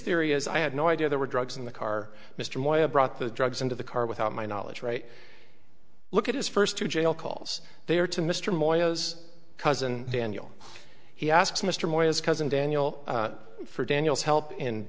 theory is i had no idea there were drugs in the car mr moya brought the drugs into the car without my knowledge right look at his first two jail calls they are to mr moya's cousin daniel he asks mr moyers cousin daniel for daniel's help in